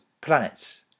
planets